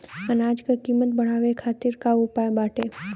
अनाज क कीमत बढ़ावे खातिर का उपाय बाटे?